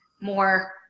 More